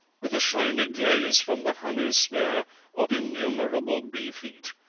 with a shiny glaze from the honey-smear of innumerable bee-feet,